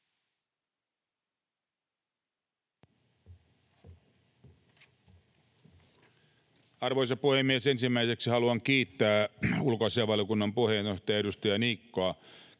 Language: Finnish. Arvoisa puhemies! Ensimmäiseksi haluan kiittää teitä, ulkoasiainvaliokunnan puheenjohtaja, edustaja Niikko,